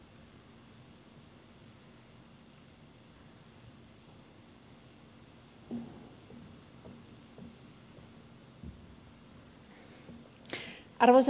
arvoisa puhemies